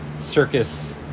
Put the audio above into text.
Circus